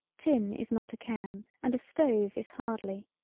tin is not a can and a stove is hardly.